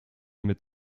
mit